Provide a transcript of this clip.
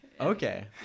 Okay